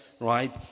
right